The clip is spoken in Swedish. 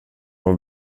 var